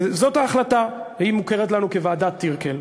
וזאת ההחלטה, והיא מוכרת לנו כ"ועדת טירקל".